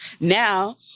Now